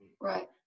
right